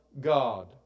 God